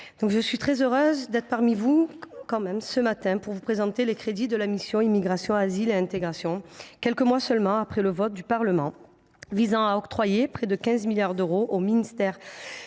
Je suis très heureuse d’être parmi vous ce matin pour vous présenter les crédits de la mission « Immigration, asile et intégration », quelques mois seulement après l’octroi par le Parlement, le vote de la Lopmi, de près de 15 milliards d’euros au ministère